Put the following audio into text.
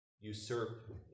usurp